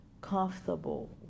comfortable